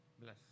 Bless